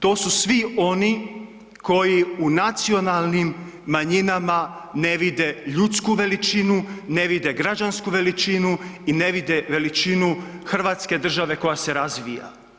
To su svi oni koji u nacionalnim manjinama ne vide ljudsku veličinu, ne vide građansku veličinu i ne vide veličinu hrvatske države koja se razvija.